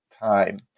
time